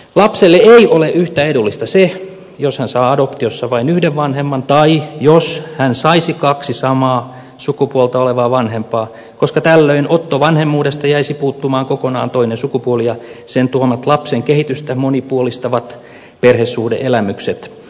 lapselle ei ole yhtä edullista se jos hän saa adoptiossa vain yhden vanhemman tai jos hän saisi kaksi samaa sukupuolta olevaa vanhempaa koska tällöin ottovanhemmuudesta jäisi puuttumaan kokonaan toinen sukupuoli ja sen tuomat lapsen kehitystä monipuolistavat perhesuhde elämykset